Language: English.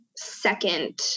Second